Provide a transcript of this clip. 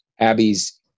Abby's